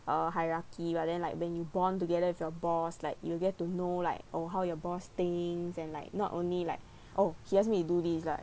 uh hierarchy but then like when you bond together with your boss like you'll get to know like oh how your boss thinks and like not only like oh he asked me to do this lah